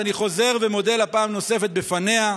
אז אני חוזר ומודה לה פעם נוספת בפניה.